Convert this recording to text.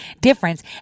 difference